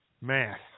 Math